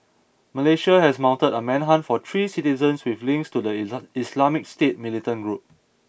Malaysia has mounted a manhunt for three citizens with links to the Islamic State Militant Group